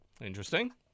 Interesting